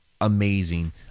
amazing